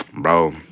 Bro